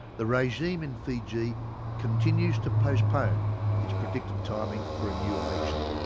the regime in fiji continues to postpone its predicted timing for a new election.